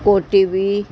OTP